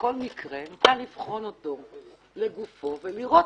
וכל מקרה ניתן לבחון אותו לגופו ולראות